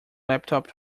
laptop